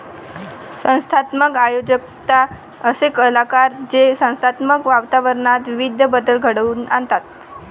संस्थात्मक उद्योजकता असे कलाकार जे संस्थात्मक वातावरणात विविध बदल घडवून आणतात